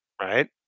right